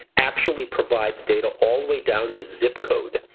actually provides data all the way down to zip code.